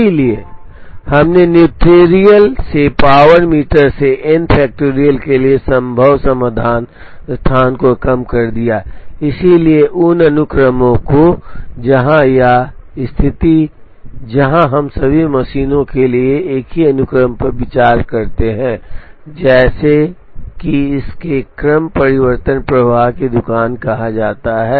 इसलिए हमने न्यूटेरियल से पावर मीटर से एन फैक्टरियल के लिए संभव समाधान स्थान को कम कर दिया इसलिए उन अनुक्रमों को जहां या स्थिति जहां हम सभी मशीनों के लिए एक ही अनुक्रम पर विचार करते हैं जैसे कि इसे क्रमपरिवर्तन प्रवाह की दुकान कहा जाता है